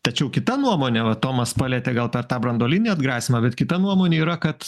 tačiau kita nuomonė o tomas palietė gal per tą branduolinį atgrasymą bet kita nuomonė yra kad